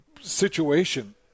situation